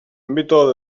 méthode